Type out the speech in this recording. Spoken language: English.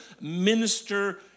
minister